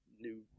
new